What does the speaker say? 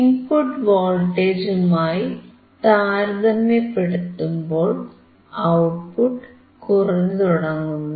input വോൾട്ടേജുമായി താരതമ്യപ്പെടുത്തുമ്പോൾ output കുറഞ്ഞുതുടങ്ങുന്നു